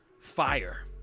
fire